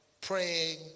praying